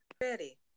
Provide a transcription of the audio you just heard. ready